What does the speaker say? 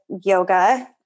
yoga